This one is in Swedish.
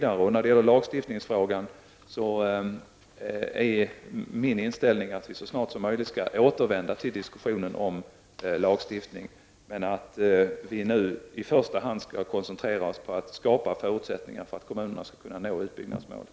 Min inställning när det gäller lagstiftningsfrågan är att vi så snart som möjligt skall återvända till diskussionen om lagstiftning men att vi nu i första hand skall koncentrera oss på att skapa förutsättningar för att kommunerna skall kunna nå utbyggnadsmålet.